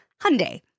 Hyundai